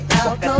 out